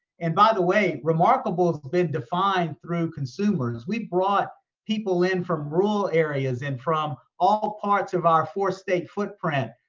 and by the way, remarkable has been defined through consumers. we brought people in from rural areas and from all parts of our four-state footprint,